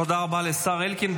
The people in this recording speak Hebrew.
תודה רבה לשר אלקין.